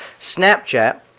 Snapchat